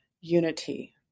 unity